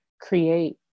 create